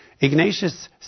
Ignatius